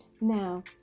Now